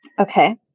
Okay